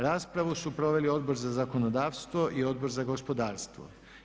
Raspravu su proveli Odbor za zakonodavstvo i Odbor za gospodarstvo.